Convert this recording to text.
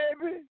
baby